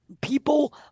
people